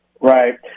Right